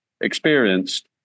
experienced